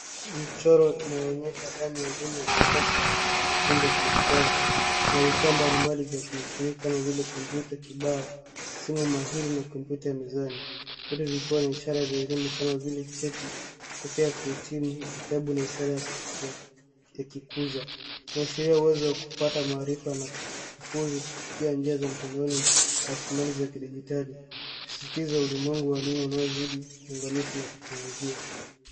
Mchoro inayoonyesha dhana ya elimu ya kisasa na kujifunza kidijitali ina vifaa mbalimbali za kutumika kama vile kompyuta kibao, simu mahiri na kompyuta ya mezani, vyote vikiwa na ishara ya elimu kama vile cheti, kofia ya kuhitimu, vitabu na ishara ya kikuza. Inaashiria uwezo wa kupata maarifa na kufuzu kupitia njia za mtandaoni na raslimali za kidijitali ikisisitiza ulimwengu wa elimu unaozidi kuunganishwa na teknolojia.